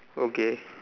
okay